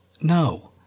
no